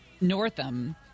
Northam